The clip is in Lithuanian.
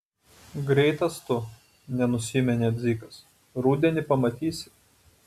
greitas tu nenusiminė dzikas rudenį pamatysi